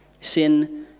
Sin